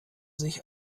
sich